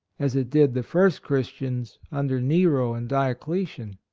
as it did the first christians under nero and diocletian.